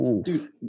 dude